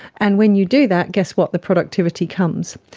and when you do that, guess what, the productivity comes.